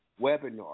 webinar